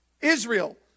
Israel